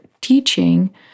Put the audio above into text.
teaching